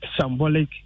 symbolic